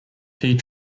tea